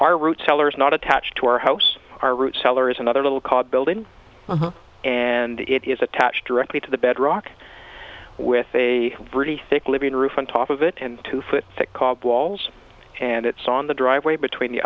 our root cellars not attached to our house our root cellar is another little called building and it is attached directly to the bedrock with a variety thick living roof on top of it and two foot thick called walls and it's on the driveway between the